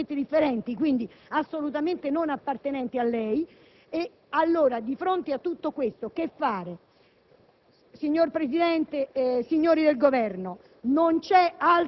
completamente differenti, quindi assolutamente non appartenenti a lei. Di fronte a tutto ciò, che fare, signor Presidente, signori del Governo?